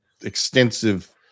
extensive